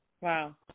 Wow